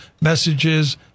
messages